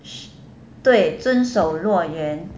对遵守诺言